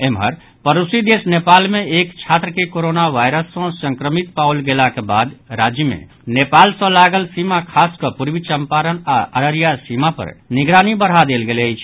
एम्हर पड़ोसी देश नेपाल मे एक छात्र के कोरोना वायरस सँ संक्रमित पाओल गेलाक बाद राज्य मे नेपाल सँ लागल सीमा खास कऽ पूर्वी चम्पारण आओर अररिया सीमा पर निगरानी बढ़ा देल गेल अछि